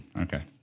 Okay